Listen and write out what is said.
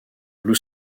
blue